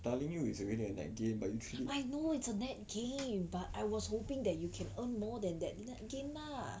I know it's a net gain but I was hoping that you can earn more than that net gain lah